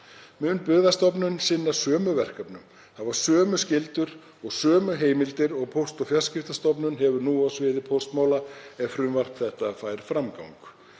Mun Byggðastofnun sinna sömu verkefnum, hafa sömu skyldur og sömu heimildir og Póst- og fjarskiptastofnun hefur nú á sviði póstmála ef frumvarp þetta fær framgang.